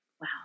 Wow